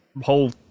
whole